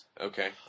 Okay